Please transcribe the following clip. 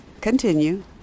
Continue